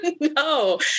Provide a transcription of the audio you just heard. No